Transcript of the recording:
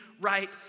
right